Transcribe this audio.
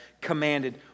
commanded